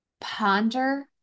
ponder